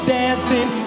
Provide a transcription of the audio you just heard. dancing